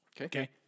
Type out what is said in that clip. Okay